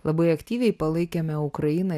labai aktyviai palaikėme ukrainą